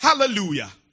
Hallelujah